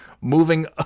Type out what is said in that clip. moving